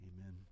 Amen